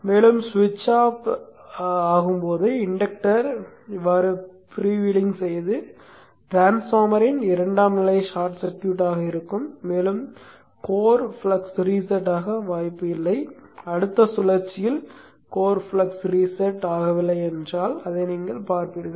மேலும் ஸ்விட்ச் ஆஃப் செய்யும்போது இண்டக்டர் இப்படி ஃப்ரீவீலிங் செய்து டிரான்ஸ்பார்மரின் இரண்டாம் நிலை ஷார்ட் சர்க்யூட்டாக இருக்கும் மேலும் கோர் ஃப்ளக்ஸ் ரீசெட் ஆக வாய்ப்பில்லை அடுத்த சுழற்சியில் கோர் ஃப்ளக்ஸ் ரீசெட் ஆகவில்லை என்றால் அதை நீங்கள் பார்ப்பீர்கள்